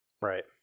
Right